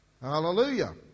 Hallelujah